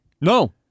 No